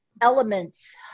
elements